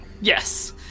yes